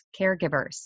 caregivers